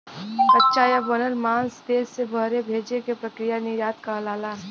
कच्चा या बनल माल देश से बहरे भेजे क प्रक्रिया निर्यात कहलाला